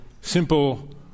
simple